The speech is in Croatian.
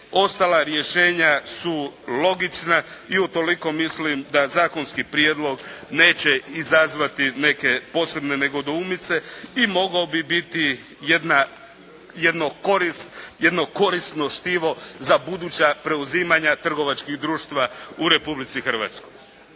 ostala rješenja su logična i utoliko mislim da zakonski prijedlog neće izazvati neke posebne nedoumice i mogao bi biti jedna, jedno korist, jedno korisno štivo za buduća preuzimanja trgovačkih društva u Republici Hrvatskoj.